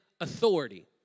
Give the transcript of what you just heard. authority